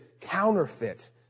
counterfeit